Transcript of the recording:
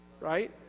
right